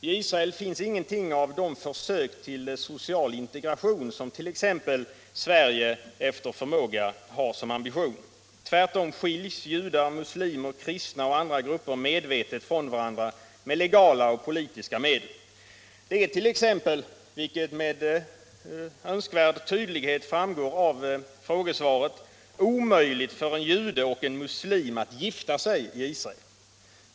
I Israel finns ingenting av de försök till social integration som t.ex. Sverige efter förmåga har som ambition. Tvärtom skiljs judar, muslimer, kristna och andra grupper medvetet från varandra med legala och politiska medel. Det är, vilket med önskvärd tydlighet framgår av frågesvaret, t.ex. omöjligt för en jude och en muslim att gifta sig med varandra i Israel.